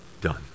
done